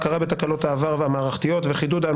של ההחלטה שהועברה והוקראה גם